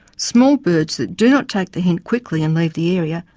small birds that do not take the hint quickly and leave the area,